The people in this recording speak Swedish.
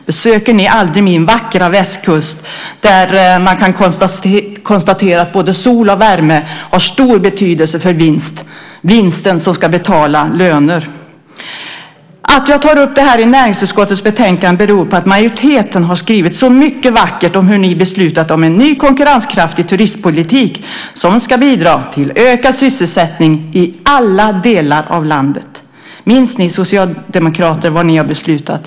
Besöker ni aldrig min vackra västkust där man kan konstatera att sol och värme har stor betydelse för den vinst som ska betala löner? Att jag tar upp det här i näringsutskottets betänkande beror på att majoriteten har skrivit så mycket vackert om hur man beslutat om en ny konkurrenskraftig turistpolitik som ska bidra till ökad sysselsättning i alla delar av landet. Minns ni socialdemokrater vad ni har beslutat?